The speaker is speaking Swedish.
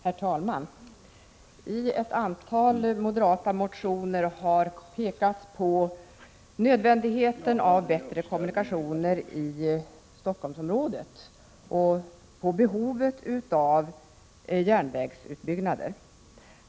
Herr talman! I ett antal moderatmotioner har pekats på nödvändigheten av bättre kommunikationer i Stockholmsområdet och på behovet av järnvägsutbyggnader.